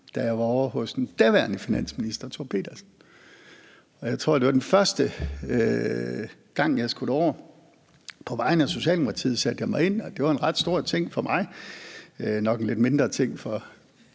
da jeg var ovre hos den daværende finansminister Thor Pedersen. Jeg tror, det var den første gang, jeg skulle derover. På vegne af Socialdemokratiet satte jeg mig ind, og det var en ret stor ting for mig – nok en lidt mindre ting for